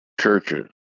churches